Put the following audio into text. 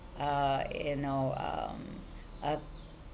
uh you know um a